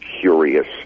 curious